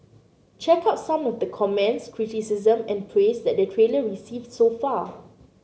check out some of the comments criticism and praise that the trailer received so far